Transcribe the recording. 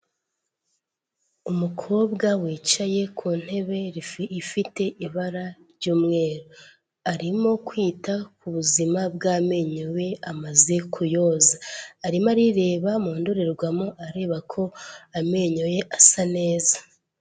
Umukobwa wicaye ku ntebe ifite ibara ry'umweru, arimo kwita ku buzima bw'amenyo ye amaze kuyoza. Arimo arireba mu ndorerwamo areba ko amenyo ye asa neza.